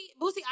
Boosie